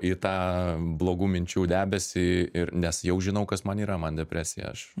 į tą blogų minčių debesį ir nes jau žinau kas man yra man depresija aš